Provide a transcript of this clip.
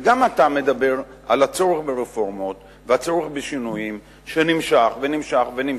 וגם אתה מדבר על הצורך ברפורמות והצורך בשינויים שנמשך ונמשך ונמשך.